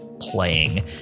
playing